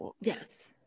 Yes